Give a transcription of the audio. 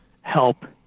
help